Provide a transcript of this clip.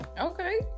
Okay